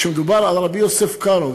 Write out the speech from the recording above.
כשמדובר על רבי יוסף קארו,